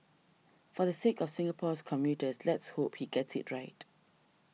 for the sake of Singapore's commuters let's hope he gets it right